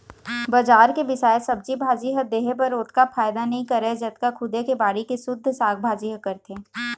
बजार के बिसाए सब्जी भाजी ह देहे बर ओतका फायदा नइ करय जतका खुदे के बाड़ी के सुद्ध साग भाजी ह करथे